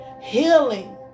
Healing